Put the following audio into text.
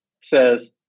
says